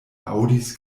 aŭdis